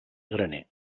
graner